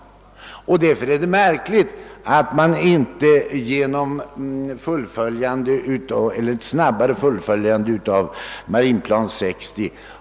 Därför är det märkligt att man inte sökt sörja för ett snabbare genomförande av Marinplan 60.